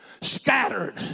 Scattered